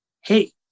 hey